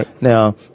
Now